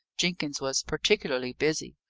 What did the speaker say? jenkins was particularly busy.